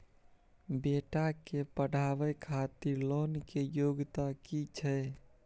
बेटा के पढाबै खातिर लोन के योग्यता कि छै